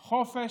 "חופש",